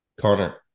Connor